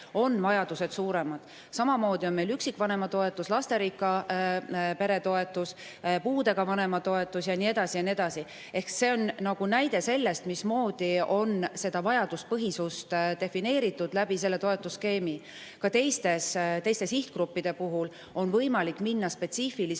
on vajadused suuremad. Samamoodi on meil üksikvanema toetus, lasterikka pere toetus, puudega [lapse] vanema toetus ja nii edasi. Ehk see on näide sellest, mismoodi on seda vajaduspõhisust defineeritud selle toetusskeemi kaudu. Ka teiste sihtgruppide puhul on võimalik minna spetsiifilisemaks